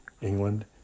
England